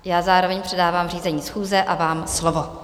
Já zároveň předávám řízení schůze a vám slovo.